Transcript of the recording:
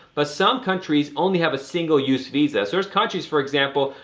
but some countries only have a single-use visa. so there's countries for example,